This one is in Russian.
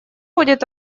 будет